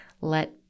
let